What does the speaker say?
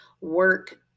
work